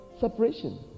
separation